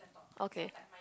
okay